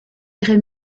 ihre